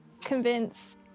convince